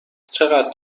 چقدر